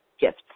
gifts